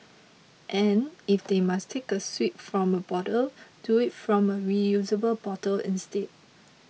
and if they must take a swig from a bottle do it from a reusable bottle instead